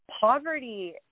poverty